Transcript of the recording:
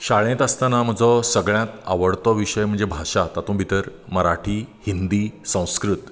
शाळेंत आसतना म्हजो सगळ्यांत आवडटो विशय म्हणजें भाशा तातूंत भितर मराठी हिंदी संस्कृत